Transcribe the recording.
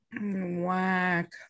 Whack